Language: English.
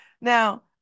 Now